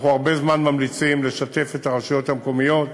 אנחנו הרבה זמן ממליצים לשתף את הרשויות המקומיות,